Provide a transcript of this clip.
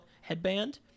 headband